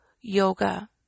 yoga